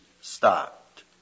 stopped